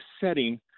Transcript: setting